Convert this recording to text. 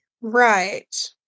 Right